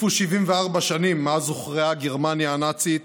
חלפו 74 שנים מאז הוכרעה גרמניה הנאצית